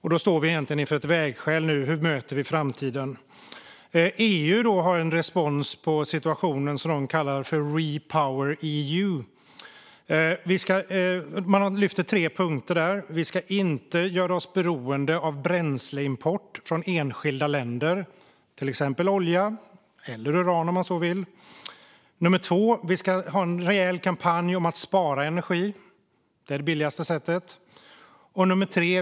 Vi står inför ett vägskäl. Hur möter vi framtiden? EU har en respons på situationen som de kallar för Repower EU. Där tar man upp tre punkter: Vi ska inte göra oss beroende av import av bränsle från enskilda länder, till exempel av olja eller uran. Vi ska ha en rejäl kampanj för att spara energi. Det är det billigaste sättet.